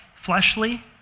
fleshly